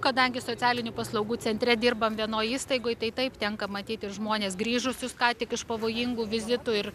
kadangi socialinių paslaugų centre dirbam vienoj įstaigoj tai taip tenka matyt ir žmones grįžusius ką tik iš pavojingų vizitų ir